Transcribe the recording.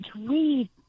read